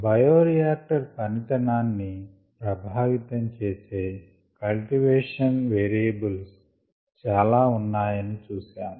bioreactor పనితనాన్ని ప్రభావితం చేసే కల్టివేషన్ వేరియబుల్స్ చాలా ఉన్నాయని చూసాం